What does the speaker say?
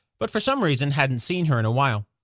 but for some reason hadn't seen her in a while.